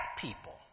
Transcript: people